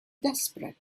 desperate